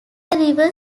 river